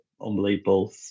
unbelievable